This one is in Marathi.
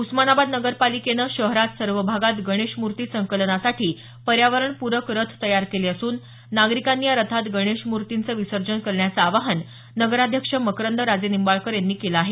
उस्मानाबाद नगरपालिकेने शहरात सर्व भागात गणेश मूर्ती संकलनासाठी पर्यावरण पूरक रथ तयार केले असून नागरिकांनी या रथात गणेशमूर्तींचे विसर्जन करण्याचं आवाहन नगराध्यक्ष मकरंद राजेनिंबाळकर यांनी केल आहे